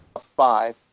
five